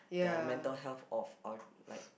the mental health of our like